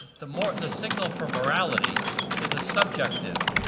the more the signal for morality is a subjective